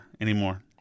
anymore